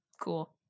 Cool